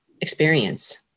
experience